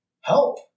help